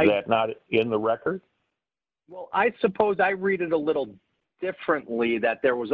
it in the record well i suppose i read it a little differently that there was